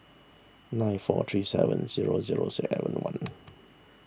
nine four three seven zero zero seven one